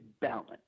balance